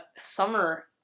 summer